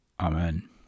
Amen